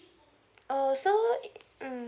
oh so mm